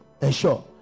Ensure